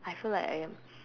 I feel like I am